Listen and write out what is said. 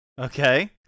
Okay